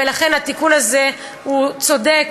ולכן התיקון הזה הוא צודק